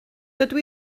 dydw